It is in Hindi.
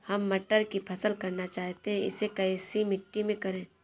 हम टमाटर की फसल करना चाहते हैं इसे कैसी मिट्टी में करें?